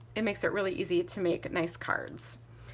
it makes it really easy to make nice cards.